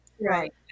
Right